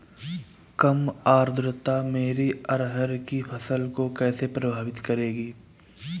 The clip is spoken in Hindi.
कम आर्द्रता मेरी अरहर की फसल को कैसे प्रभावित करेगी?